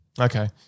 Okay